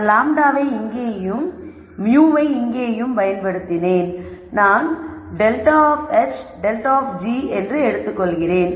நான் λ வை இங்கேயும் μ வை இங்கேயும் பயன்படுத்தினேன் நான் ∇ of h ∇ of g எடுத்துக்கொள்கிறேன்